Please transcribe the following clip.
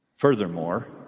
Furthermore